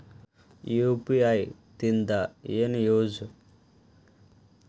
UPI ದಿಂದ ಏನು use?